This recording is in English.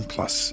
Plus